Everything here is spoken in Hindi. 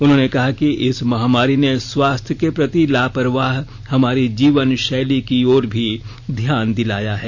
उन्होंने कहा कि इस महामारी ने स्वास्थ्य के प्रति लापरवाह हमारी जीवन शैली की ओर भी ध्यान दिलाया है